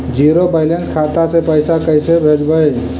Zero balance खाता से पैसा कैसे भेजबइ?